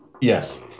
yes